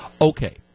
Okay